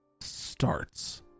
starts